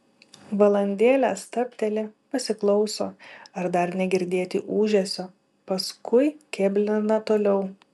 valandėlę stabteli pasiklauso ar dar negirdėti ūžesio paskui kėblina toliau